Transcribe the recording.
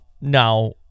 now